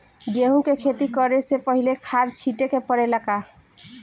गेहू के खेती करे से पहिले खाद छिटे के परेला का?